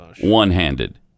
one-handed